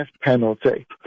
penalty